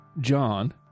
John